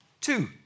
two